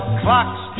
clocks